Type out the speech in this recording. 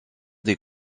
des